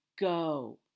go